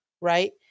Right